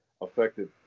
affected